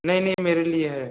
नहीं नहीं मेरे लिए है